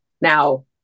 now